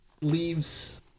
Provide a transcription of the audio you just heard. leaves